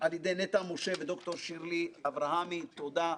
על ידי נטע משה וד"ר שירלי אברמי תודה.